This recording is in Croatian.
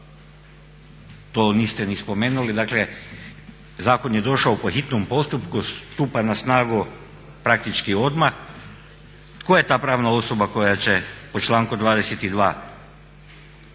To niste ni spomenuli. Dakle, zakon je došao po hitnom postupku, stupa na snagu praktički odmah, tko je ta pravna osoba koja će po članku 22.,